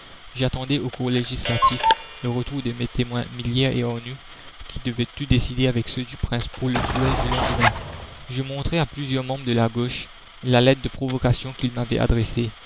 j'attendais au corps législatif le retour de mes témoins millière et arnould qui devaient tout décider avec ceux du prince pour le duel du lendemain je montrai à plusieurs membres de la gauche la lettre de provocation qu'il m'avait adressée